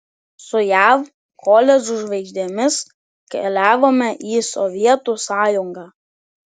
su jav koledžų žvaigždėmis keliavome į sovietų sąjungą